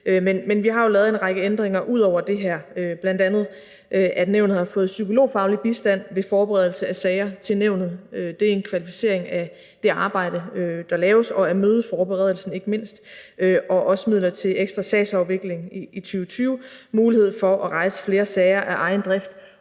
Men vi har jo lavet en række ændringer ud over det her, bl.a. at nævnet har fået psykologfaglig bistand ved forberedelse af sager til nævnet. Det er en kvalificering af det arbejde, der laves, ikke mindst af mødeforberedelsen. Der er også midler til ekstra sagsafvikling i 2020 og mulighed for at rejse flere sager af egen drift,